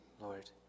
Lord